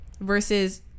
versus